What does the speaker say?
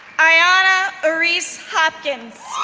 ayeona aris hopkins,